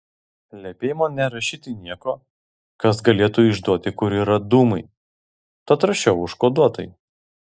liepei man nerašyti nieko kas galėtų išduoti kur yra dūmai tad rašiau užkoduotai